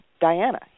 Diana